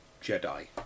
Jedi